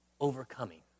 Overcoming